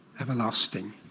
everlasting